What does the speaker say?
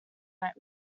night